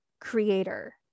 creator